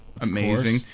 Amazing